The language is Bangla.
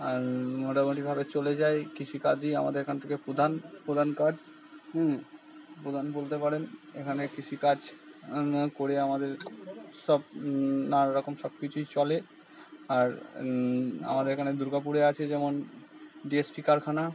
আর মোটামোটিভাবে চলে যায় কৃষিকার্যই আমাদের এখানে থেকে প্রধান প্রধান কাজ প্রধান বলতে পারেন এখানে কৃষিকাজ করে আমাদের সব নানান রকম সব কিছুই চলে আর আমাদের এখানে দুর্গাপুরে আছে যেমন ডি এস পি কারখানা